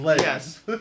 Yes